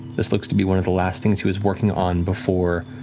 this looks to be one of the last things he was working on before